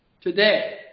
Today